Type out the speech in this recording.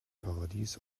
paradies